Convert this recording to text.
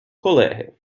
колеги